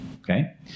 okay